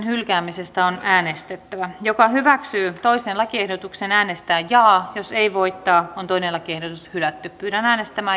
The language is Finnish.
ensin on äänestettävä joka hyväksyy toisen lakiehdotuksen äänestää jaa jos ei voi tää on todellakin kyllä minä hänestä mä